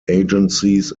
agencies